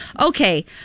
Okay